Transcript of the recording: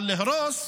אבל להרוס,